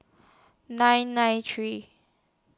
nine nine three